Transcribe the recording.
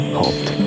hoped